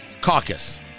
caucus